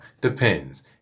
depends